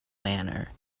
manner